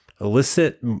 elicit